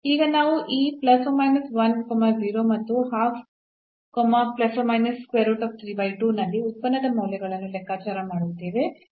ಈಗ ನಾವು ಈ ಮತ್ತು ನಲ್ಲಿ ಉತ್ಪನ್ನದ ಮೌಲ್ಯಗಳನ್ನು ಲೆಕ್ಕಾಚಾರ ಮಾಡುತ್ತೇವೆ